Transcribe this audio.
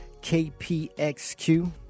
KPXQ